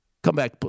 Comeback